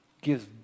gives